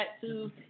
tattoos